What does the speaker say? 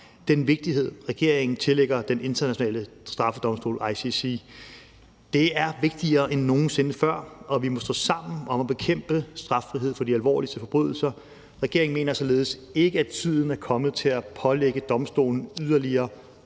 den vigtighed, regeringen tillægger Den Internationale Straffedomstol, ICC, det er vigtigere end nogen sinde før, og vi må stå sammen om at bekæmpe straffrihed for de alvorligste forbrydelser. Regeringen mener således ikke, at tiden er kommet til at pålægge domstolen yderligere